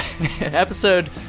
episode